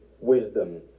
wisdom